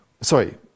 Sorry